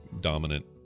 dominant